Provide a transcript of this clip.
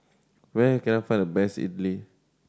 where can I find the best Idili